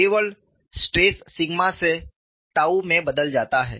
केवल stress sigma से tau to 𝛕 में बदल जाता है